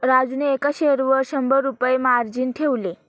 राजूने एका शेअरवर शंभर रुपये मार्जिन ठेवले